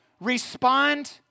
Respond